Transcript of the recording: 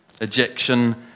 Ejection